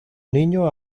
niño